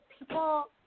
People